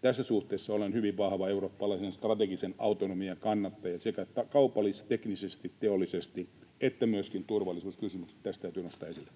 tässä suhteessa olen hyvin vahvan eurooppalaisen strategisen autonomian kannattaja sekä kaupallis-teknisesti, teollisesti että myöskin turvallisuuskysymykset tässä täytyy nostaa esille.